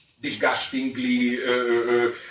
disgustingly